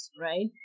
right